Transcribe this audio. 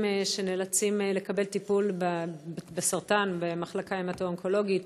שנאלצים לקבל טיפול בסרטן במחלקה ההמטו-אונקולוגית.